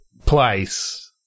place